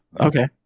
Okay